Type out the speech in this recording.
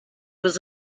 was